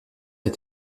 des